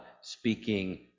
speaking